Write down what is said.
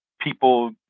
people